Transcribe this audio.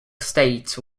state